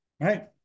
right